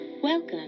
Welcome